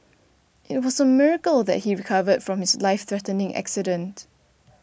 it was a miracle that he recovered from his life threatening accident